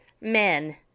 men